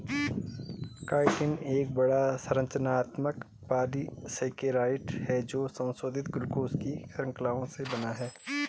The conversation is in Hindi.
काइटिन एक बड़ा, संरचनात्मक पॉलीसेकेराइड है जो संशोधित ग्लूकोज की श्रृंखलाओं से बना है